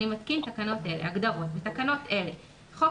אני מתקין תקנות אלה: הגדרות בתקנות אלה "חוק